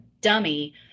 dummy